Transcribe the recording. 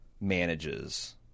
manages